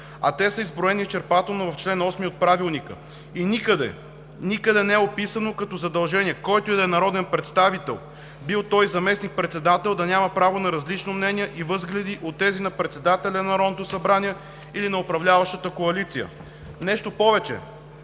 а те са изброени изчерпателно в чл. 8 от Правилника и никъде не е описано като задължение, който и да е народен представител – бил той заместник-председател, да няма право на различно мнение и възгледи от тези на председателя на Народното събрание или на управляващата коалиция. Нещо повече.